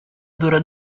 dura